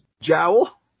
jowl